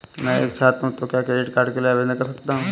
मैं एक छात्र हूँ तो क्या क्रेडिट कार्ड के लिए आवेदन कर सकता हूँ?